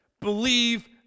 believe